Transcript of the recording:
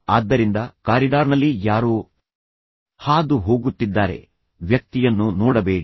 ಆದ್ದರಿಂದ ಕಾರಿಡಾರ್ನಲ್ಲಿ ಯಾರೋ ಹಾದು ಹೋಗುತ್ತಿದ್ದಾರೆ ಆದ್ದರಿಂದ ವ್ಯಕ್ತಿಯನ್ನು ನೋಡಬೇಡಿ